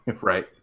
Right